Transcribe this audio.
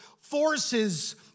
forces